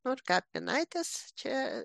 nu ir kapinaitės čia